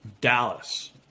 Dallas